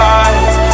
eyes